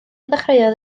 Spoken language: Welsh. ddechreuodd